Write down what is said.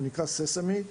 הוא נקרא "SESAMI".